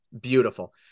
Beautiful